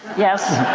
yes.